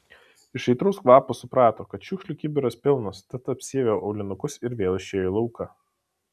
iš aitraus kvapo suprato kad šiukšlių kibiras pilnas tad apsiavė aulinukus ir vėl išėjo į lauką